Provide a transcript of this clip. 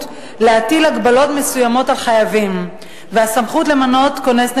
להטיל הגבלות מסוימות על חייבים והסמכות למנות כונס נכסים,